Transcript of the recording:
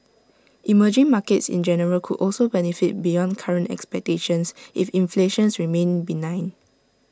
emerging markets in general could also benefit beyond current expectations if inflation remains benign